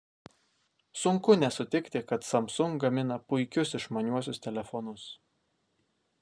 sunku nesutikti kad samsung gamina puikius išmaniuosius telefonus